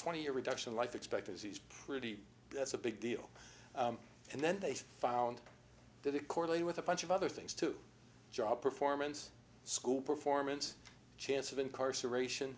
twenty year reduction in life expectancy is pretty that's a big deal and then they found that it correlated with a bunch of other things to job performance school performance chance of incarceration